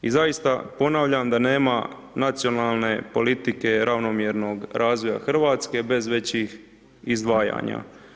I zaista ponavljam da nema nacionalne politike ravnomjernog razvoja Hrvatske bez većih izdvajanja.